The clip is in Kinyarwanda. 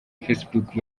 facebook